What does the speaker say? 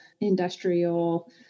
industrial